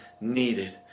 needed